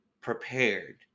prepared